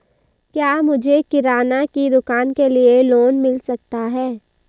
क्या मुझे किराना की दुकान के लिए लोंन मिल सकता है?